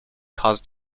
cause